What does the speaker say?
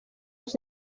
els